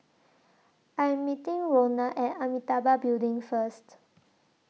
I Am meeting Ronna At Amitabha Building First